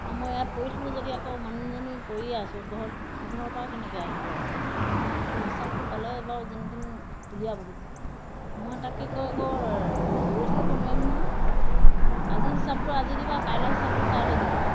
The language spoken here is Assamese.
আৰু মই ইয়াত পৰি থাকোঁ যদি আকৌ মানুহজনী পৰিয়ে আছোঁ ঘৰত ঘৰৰ পৰা কেনেকৈ আহিব আকৌ পইচাটো এতিয়া হিচাপটো পালে বাৰু যেন তেন উলিয়াবহি মই তাকে কয় আকৌ ৰৈ থাকিব নোৱাৰিম নহয় আজি হিচাপটো আজি দিবা কাইলৈ হিচাপটো কাইলৈ দি দিবা